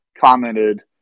commented